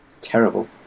Terrible